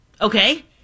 okay